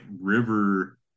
river